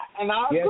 Yes